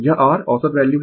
यह r औसत value है